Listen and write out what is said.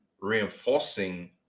reinforcing